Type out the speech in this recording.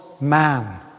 man